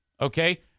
Okay